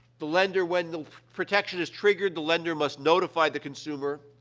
the lender when the protection is triggered, the lender must notify the consumer,